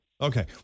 Okay